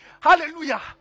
Hallelujah